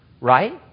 right